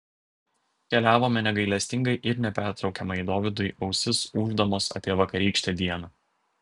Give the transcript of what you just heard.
keliavome negailestingai ir nepertraukiamai dovydui ausis ūždamos apie vakarykštę dieną